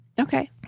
Okay